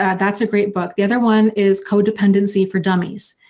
that's a great book. the other one is codependency for dummies.